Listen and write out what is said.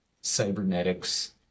cybernetics